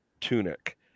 tunic